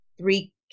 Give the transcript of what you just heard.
three